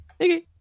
Okay